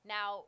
Now